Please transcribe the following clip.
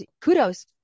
kudos